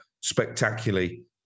spectacularly